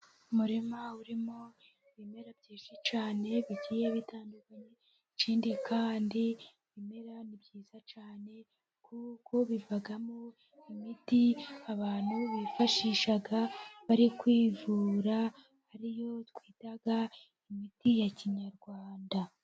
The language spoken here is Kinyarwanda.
Umurima urimo ibimera byinshi cyane bigiye bitandukanye. Ikindi kandi, ibimera ni byiza cyane kuko bivamo imiti abantu bifashisha bari kwivura, ariyo twita imiti ya kinyarwanda.